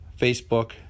Facebook